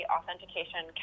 Authentication